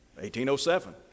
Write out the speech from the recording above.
1807